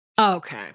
Okay